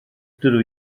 dydw